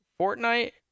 Fortnite